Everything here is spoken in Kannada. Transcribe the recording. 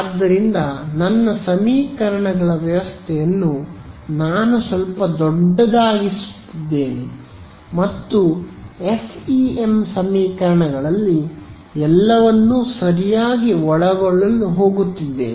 ಆದ್ದರಿಂದ ನನ್ನ ಸಮೀಕರಣಗಳ ವ್ಯವಸ್ಥೆಯನ್ನು ನಾನು ಸ್ವಲ್ಪ ದೊಡ್ಡದಾಗಿಸುತ್ತಿದ್ದೇನೆ ಮತ್ತು ಎಫ್ಇಎಂ ಸಮೀಕರಣಗಳಲ್ಲಿ ಎಲ್ಲವನ್ನೂ ಸರಿಯಾಗಿ ಒಳಗೊಳ್ಳಲು ಹೋಗುತ್ತಿದ್ದೇನೆ